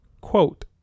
quote